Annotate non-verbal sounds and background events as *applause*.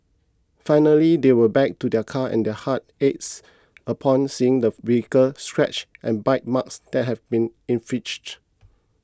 finally they were back to their car and their hearts ached upon seeing the *noise* scratches and bite marks that had been inflicted